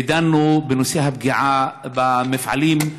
ודנו בנושא הפגיעה במפעלים,